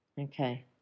Okay